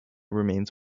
remains